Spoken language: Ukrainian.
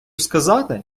сказати